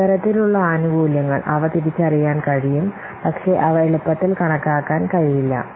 ഇത്തരത്തിലുള്ള ആനുകൂല്യങ്ങൾ അവ തിരിച്ചറിയാൻ കഴിയും പക്ഷേ അവ എളുപ്പത്തിൽ കണക്കാക്കാൻ കഴിയില്ല